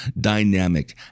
dynamic